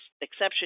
exception